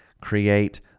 create